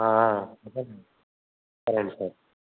సరే అండి సరే అండి సరే